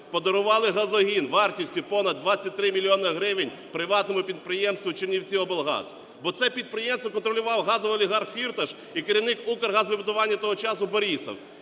подарували газогін вартістю понад двадцять три мільйони гривень приватному підприємству "Чернівціоблгаз", бо це підприємство контролював газовий олігарх Фірташ і керівник "Укргазвидобування" того часу Борисов.